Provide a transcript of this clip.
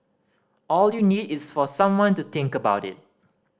all you need is for someone to think about it